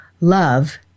Love